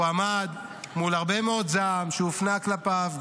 הוא עמד מול הרבה מאוד זעם שהופנה כלפיו,